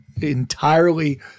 entirely